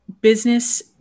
business